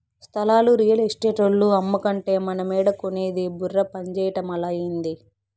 స్థలాలు రియల్ ఎస్టేటోల్లు అమ్మకంటే మనమేడ కొనేది బుర్ర పంజేయటమలా, ఏంది